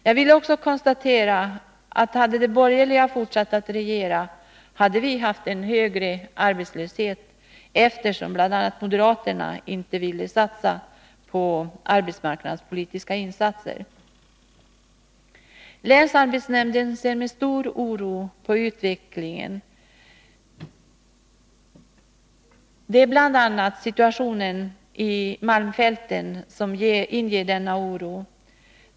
Jag vill också konstatera att om de borgerliga hade fortsatt regera, hade vi haft en högre arbetslöshet, eftersom bl.a. moderaterna inte ville satsa på arbetsmarknadspolitiska insatser. Länsarbetsnämnden ser med stor oro på utvecklingen av arbetsmarknaden. Det är bl.a. situationen i malmfälten som inger denna oro.